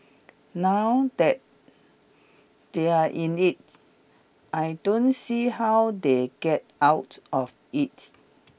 now that they are in it I don't see how they get out of it